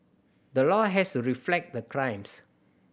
the law has to reflect the crimes